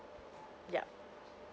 yup